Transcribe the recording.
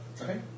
okay